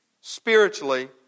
spiritually